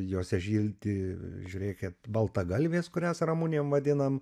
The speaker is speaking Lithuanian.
jose žilti žiūrėkit baltagalvės kurias ramunėm vadinam